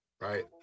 Right